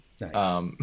Nice